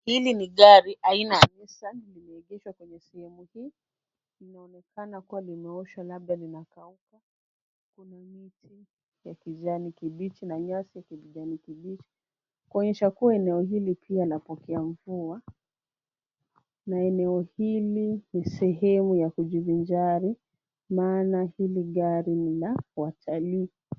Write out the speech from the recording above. Hili ni gari aina ya nissan, limeegeshwa kwenye sehemu hii, linaonekana kuwa limeoshwa labda linakauka, kuna miti ya kijani kibichi na nyasi ya kijani kibichi kuonyesha kuwa eneo hili pia la pokea mvua na eneo hili ni sehemu ya kujivijali maana hili gari ni la watalii.